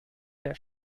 der